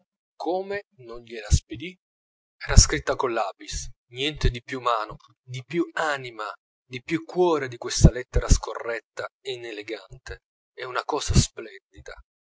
come non gliela spedi era scritta col lapis niente di più umano di più anima di più cuore di questa lettera scorretta e inelegante è una cosa splendida